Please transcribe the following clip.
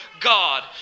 God